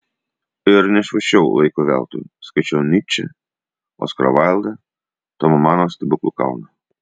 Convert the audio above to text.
ir nešvaisčiau laiko veltui skaičiau nyčę oskarą vaildą tomo mano stebuklų kalną